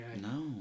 No